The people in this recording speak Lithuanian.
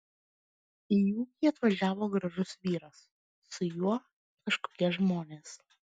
į ūkį atvažiavo gražus vyras su juo kažkokie žmonės